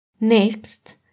Next